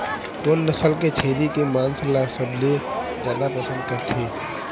कोन नसल के छेरी के मांस ला सबले जादा पसंद करथे?